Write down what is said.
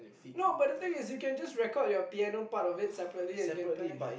no but the thing is you can just record your piano part of it separately and you can play